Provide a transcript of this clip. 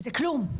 זה כלום,